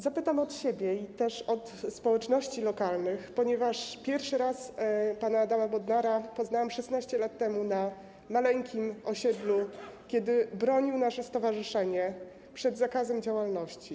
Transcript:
Zapytam od siebie, ale też od społeczności lokalnych, ponieważ pierwszy raz pana Adama Bodnara poznałam 16 lat temu na maleńkim osiedlu, kiedy bronił nasze stowarzyszenie przed zakazem działalności.